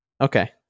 okay